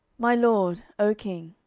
my lord, o king,